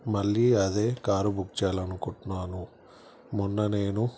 మళ్ళీ అదే car book చేయాలి అనుకుంటున్నాను మొన్న నేను